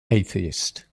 atheist